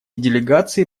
делегации